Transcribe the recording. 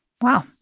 Wow